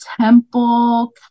temple